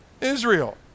Israel